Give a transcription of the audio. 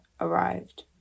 arrived